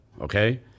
Okay